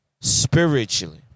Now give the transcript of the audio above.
spiritually